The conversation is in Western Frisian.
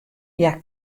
hja